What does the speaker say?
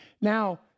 Now